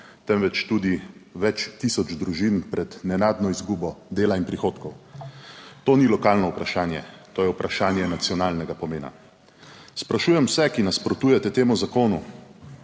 temveč tudi več tisoč družin pred nenadno izgubo dela in prihodkov. To ni lokalno vprašanje, to je vprašanje nacionalnega pomena. Sprašujem vse, ki nasprotujete temu zakonu,